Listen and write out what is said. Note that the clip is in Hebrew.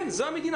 כן, זאת המדינה.